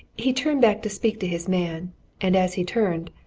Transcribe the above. he turned back to speak to his man and as he turned,